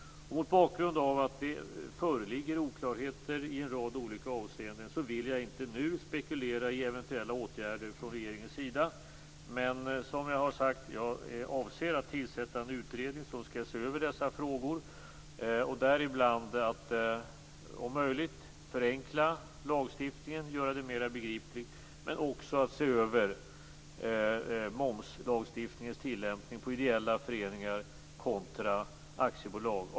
Mot bakgrund av att det föreligger oklarheter i en rad olika avseenden vill jag inte nu spekulera i eventuella åtgärder från regeringens sida. Men som jag har sagt avser jag att tillsätta en utredning som skall se över dessa frågor, däribland att om möjligt förenkla lagstiftningen, göra den mer begriplig, men också att se över momslagstiftningens tillämpning på ideella föreningar kontra aktiebolag.